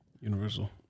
Universal